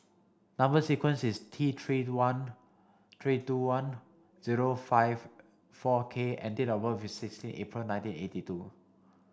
number sequence is T three one three two one zero five four K and date of birth is sixteen April nineteen eighty two